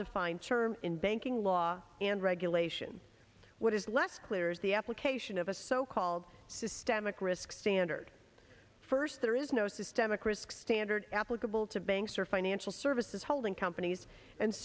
defined term in banking law and regulation what is less clear is the application of a so called systemic risk standard first there is no systemic risk standard applicable to banks or financial services holding companies and